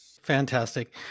Fantastic